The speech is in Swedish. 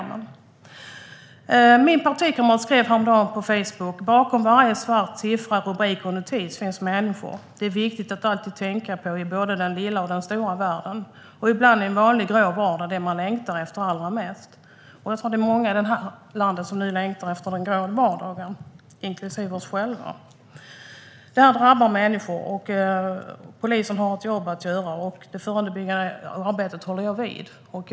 Min partikamrat skrev häromdagen på Facebook: "Bakom varje svart siffra, rubriker och notiser finns människor. Det är viktigt att alltid tänka på i både den lilla och den stora världen. Och ibland är vanlig grå vardag det man längtar efter allra mest." Det är nog många, inklusive vi själva, i det här landet som nu längtar efter den grå vardagen. Detta drabbar människor. Polisen har ett jobb att göra. Jag håller fast vid det förebyggande arbetet.